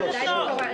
כן,